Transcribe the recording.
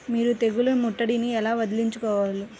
మీరు తెగులు ముట్టడిని ఎలా వదిలించుకోవాలి?